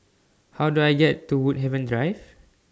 How Do I get to Woodhaven Drive